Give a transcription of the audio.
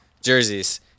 jerseys